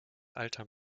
alter